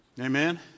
Amen